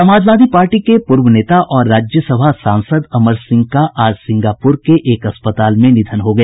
Samajwadi party के पूर्व नेता और राज्यसभा सांसद अमर सिंह का आज सिंगापुर के एक अस्पताल में निधन हो गया